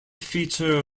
feature